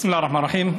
בסם אללה א-רחמאן א-רחים.